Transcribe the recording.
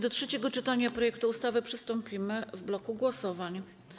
Do trzeciego czytania projektu ustawy przystąpimy w bloku głosowań.